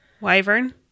wyvern